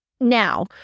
Now